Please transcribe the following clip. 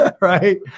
right